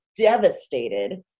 devastated